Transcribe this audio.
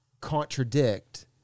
contradict